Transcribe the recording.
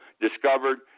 discovered